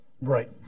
Right